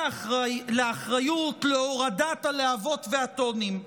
לאחריות, להורדת הלהבות והטונים.